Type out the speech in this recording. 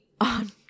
on